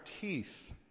teeth